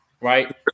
Right